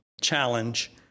challenge